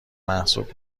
محسوب